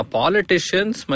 politicians